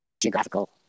geographical